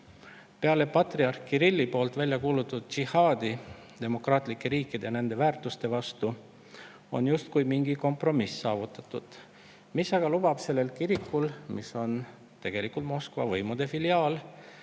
Peale patriarh Kirilli poolt väljakuulutatud džihaadi demokraatlike riikide ja nende väärtuste vastu on justkui mingi kompromiss saavutatud, mis aga lubab sellel kirikul, mis on tegelikult Moskva võimude filiaal,